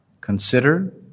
consider